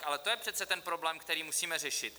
Ale to je přece ten problém, který musíme řešit.